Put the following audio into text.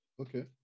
Okay